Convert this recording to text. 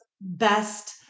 best